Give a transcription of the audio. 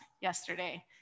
yesterday